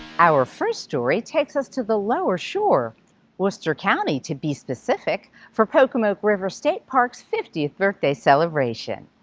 our first story takes us to the lower shore worcester county to be specific for pocomoke river state park's fiftieth birthday celebration.